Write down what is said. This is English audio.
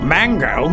Mango